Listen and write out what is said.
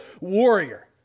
warrior